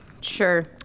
Sure